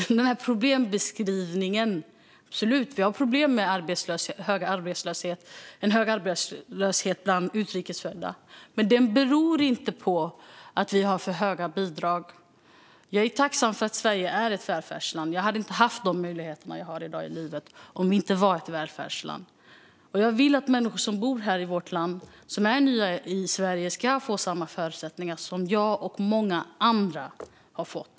Den problembeskrivningen existerar inte. Vi har absolut problem med en hög arbetslöshet bland utrikes födda. Men den beror inte på att vi har för höga bidrag. Jag är tacksam för att Sverige är ett välfärdsland. Jag hade inte haft de möjligheterna jag har i dag i livet om det inte var ett välfärdsland. Jag vill att människor som bor i vårt land och är nya i Sverige ska få samma förutsättningar som jag och många andra har fått.